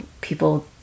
people